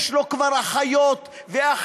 יש לו כבר אחיות ואחים,